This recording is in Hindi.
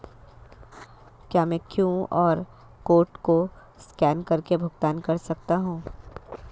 क्या मैं क्यू.आर कोड को स्कैन करके भुगतान कर सकता हूं?